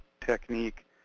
technique